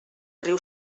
riu